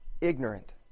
ignorant